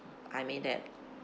I mean that